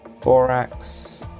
Borax